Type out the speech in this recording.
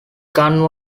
gun